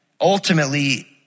ultimately